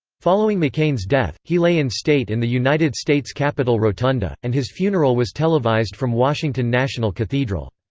following mccain's death, he lay in state in the united states capitol rotunda, and his funeral was televised from washington national cathedral.